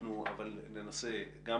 ננסה, גם